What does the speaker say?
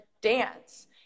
dance